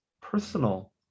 personal